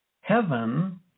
heaven